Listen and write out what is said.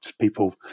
People